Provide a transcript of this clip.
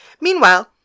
Meanwhile